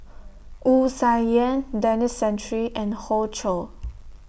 Wu Tsai Yen Denis Santry and Hoey Choo